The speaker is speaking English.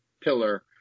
pillar